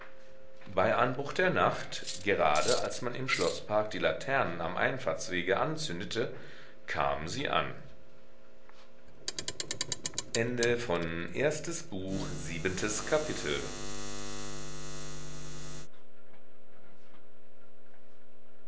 bei anbruch der nacht gerade als man im schloßpark die laternen am einfahrtswege anzündete kamen sie an achtes kapitel